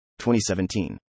2017